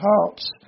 hearts